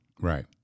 Right